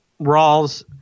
Rawls